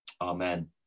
Amen